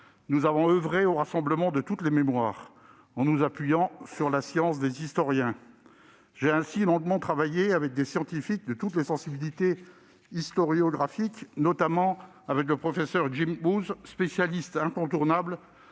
avons oeuvré au rassemblement de toutes les mémoires en nous appuyant sur la science des historiens. Ainsi, j'ai longuement travaillé avec des scientifiques de toutes les sensibilités historiographiques, notamment avec le professeur Jim House, spécialiste incontournable